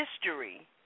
history